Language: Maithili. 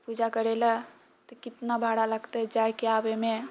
पूजा करैलऽ तऽ कितना भाड़ा लगतै जाइके आबैमे